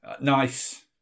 Nice